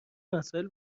مسائل